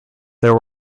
there